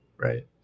Right